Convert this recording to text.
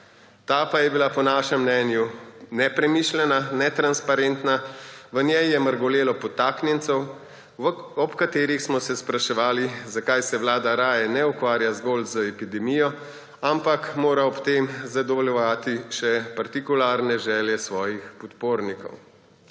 ta pa je bila po našem mnenju nepremišljena, netransparentna, v njej je mrgolelo podtaknjencev, ob katerih smo se spraševali, zakaj se vlada raje ne ukvarja zgolj z epidemijo, ampak mora ob tem zadovoljevati še partikularne želje svojih podpornikov.